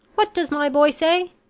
what does my boy say?